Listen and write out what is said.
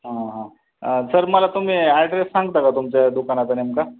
हा हा सर मला तुम्ही ॲड्रेस सांगता का तुमच्या दुकानाचा नेमका